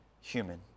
human